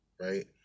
right